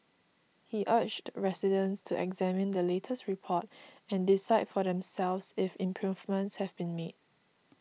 he urged residents to examine the latest report and decide for themselves if improvements have been made